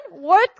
work